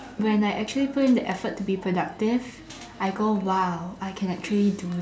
when I actually put in the effort to be productive I go !wow! I can actually do